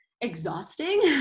exhausting